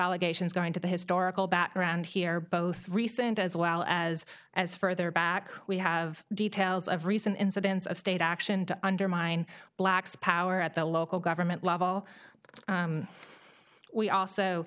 allegations going to be historical background here both recent as well as as further back we have details of recent incidents of state action to undermine blacks power at the local government level we also